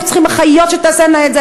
אנחנו צריכים אחיות שתעשינה את זה,